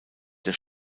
der